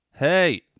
Hey